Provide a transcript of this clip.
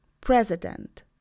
president